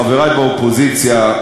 חברי באופוזיציה,